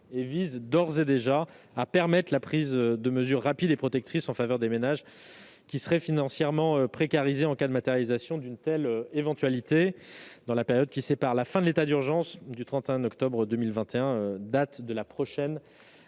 permettre d'ores et déjà la prise de mesures rapides et protectrices en faveur des ménages qui seraient financièrement précarisés en cas de matérialisation d'une telle éventualité dans la période qui sépare la fin de l'état d'urgence du 31 octobre 2021, date du début de la prochaine